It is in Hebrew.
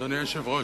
אדוני היושב-ראש,